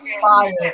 fire